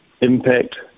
impact